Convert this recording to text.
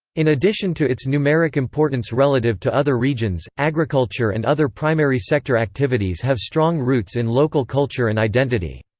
in addition to its numeric importance relative to other regions, agriculture and other primary sector activities have strong roots in local culture and identity.